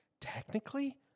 technically